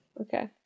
Okay